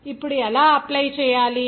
ఇప్పుడు ఎలా అప్లై చేయాలి